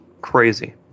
crazy